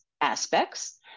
aspects